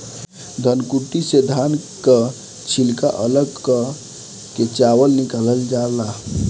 धनकुट्टी से धान कअ छिलका अलग कअ के चावल निकालल जाला